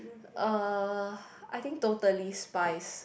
uh I think Totally Spies